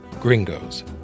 gringos